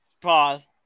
Pause